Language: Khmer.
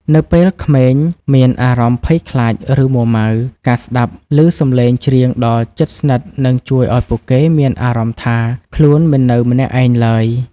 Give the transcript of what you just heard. នៅពេលក្មេងមានអារម្មណ៍ភ័យខ្លាច ឬមួរម៉ៅ ការស្តាប់ឮសំឡេងច្រៀងដ៏ជិតស្និទ្ធនឹងជួយឱ្យពួកគេមានអារម្មណ៍ថាខ្លួនមិននៅម្នាក់ឯងឡើយ